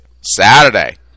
Saturday